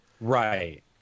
right